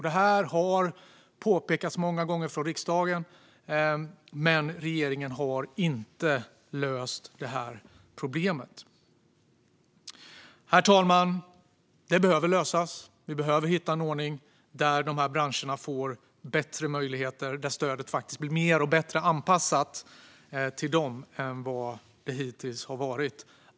Detta har påpekats många gånger från riksdagen, men regeringen har inte löst problemet. Herr talman! Det behöver lösas. Vi behöver hitta en ordning där de här branscherna får bättre möjligheter och där stödet blir mer och bättre anpassat till dem än det hittills har varit.